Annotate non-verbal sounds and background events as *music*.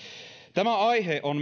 tämä aihe on *unintelligible*